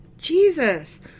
Jesus